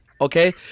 okay